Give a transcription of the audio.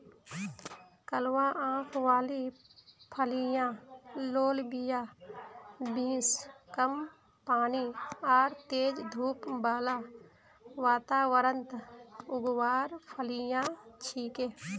कलवा आंख वाली फलियाँ लोबिया बींस कम पानी आर तेज धूप बाला वातावरणत उगवार फलियां छिके